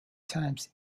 times